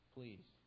Please